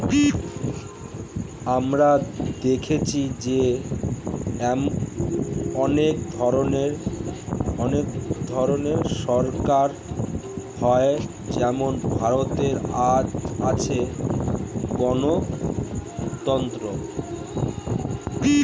আমরা দেখেছি যে অনেক ধরনের সরকার হয় যেমন ভারতে আছে গণতন্ত্র